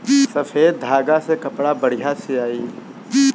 सफ़ेद धागा से कपड़ा बढ़िया सियाई